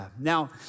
Now